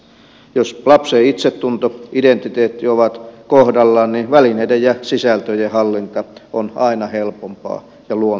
jos lapsen itsetunto ja identiteetti ovat kohdallaan niin välineiden ja sisältöjen hallinta on aina helpompaa ja luontuu kyllä